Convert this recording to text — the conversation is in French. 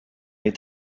est